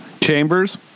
Chambers